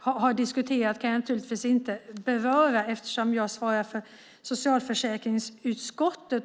har diskuterat kan jag inte beröra eftersom jag svarar för socialförsäkringsfrågorna.